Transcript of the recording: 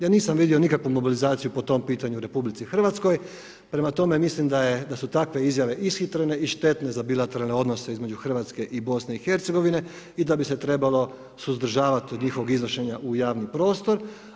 Ja nisam vidio nikakvu mobilizaciju po tom pitanju u RH, prema tome mislim da su takve izjave ishitrene i štetne za bilateralne odnose između Hrvatske i BiH i da bi se trebalo suzdržavat od njihovog iznošenja u javni prostor.